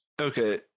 okay